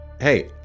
hey